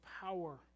power